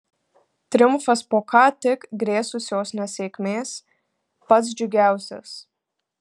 triumfas po ką tik grėsusios nesėkmės pats džiugiausias